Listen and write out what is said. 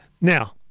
Now